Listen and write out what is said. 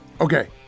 Okay